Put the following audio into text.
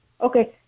Okay